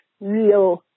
real